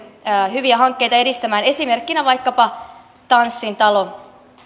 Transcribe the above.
hyviä hankkeita edistämään esimerkkinä vaikkapa tanssin talo